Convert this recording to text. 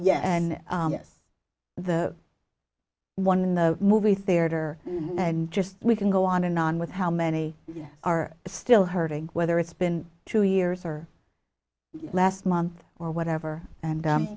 yes and yes the one in the movie theater and just we can go on and on with how many are still hurting whether it's been two years or last month or whatever and